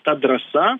ta drąsa